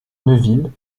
neuville